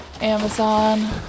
Amazon